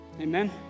Amen